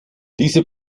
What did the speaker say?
diese